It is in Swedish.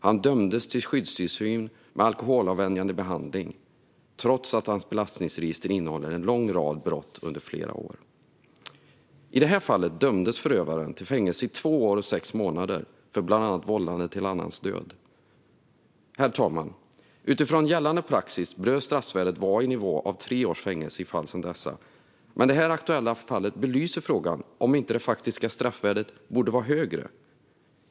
Han dömdes till skyddstillsyn med alkoholavvänjande behandling trots att hans belastningsregister innehåller en lång rad brott under flera år. I det här fallet dömdes förövaren till fängelse i två år och sex månader för bland annat vållande till annans död. Herr talman! Utifrån gällande praxis bör straffvärdet vara i nivå av tre års fängelse i fall som dessa. Det här aktuella fallet belyser frågan om inte det faktiska straffvärdet borde vara högre.